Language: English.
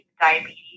diabetes